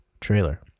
Trailer